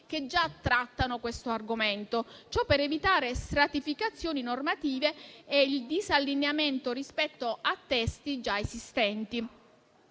che già trattano questo argomento. Ciò per evitare le stratificazioni normative e il disallineamento rispetto a testi già esistenti.